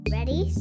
Ready